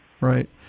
right